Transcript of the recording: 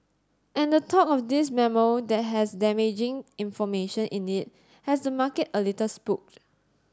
and the talk of this memo that has damaging information in it has the market a little spooked